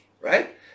right